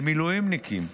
למילואימניקים,